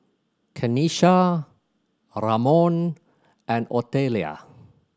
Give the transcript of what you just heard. Kenisha Ramon and Otelia